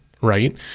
Right